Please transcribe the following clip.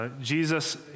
Jesus